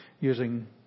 using